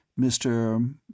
Mr